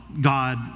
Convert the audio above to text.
God